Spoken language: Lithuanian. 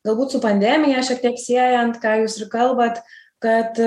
galbūt su pandemija šiek tiek siejant ką jūs kalbat kad